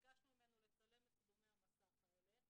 ביקשנו ממנו לצלם את צילומי המסך האלה,